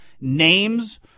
names